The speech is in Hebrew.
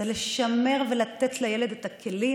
זה לשמר, ולתת לילד את הכלים